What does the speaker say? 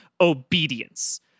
Obedience